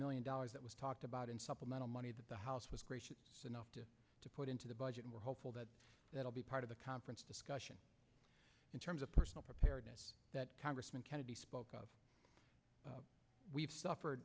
million dollars that was talked about in supplemental money that the house was gracious enough to put into the budget and we're hopeful that that will be part of the conference discussion in terms of personal preparedness that congressman kennedy spoke of we've suffered